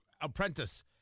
Apprentice